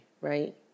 right